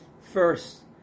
First